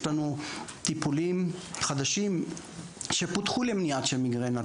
יש לנו טיפולים חדשים שפותחו למניעה של מיגרנה,